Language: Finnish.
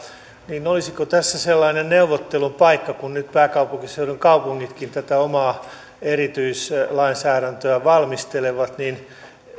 niin olisiko tässä sellainen neuvottelun paikka kun nyt pääkaupunkiseudun kaupungitkin tätä omaa erityislainsäädäntöä valmistelevat